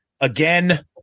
Again